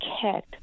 cat